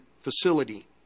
facility